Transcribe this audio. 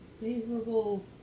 favorable